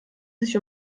sich